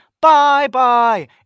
Bye-bye